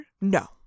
No